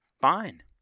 fine